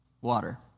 water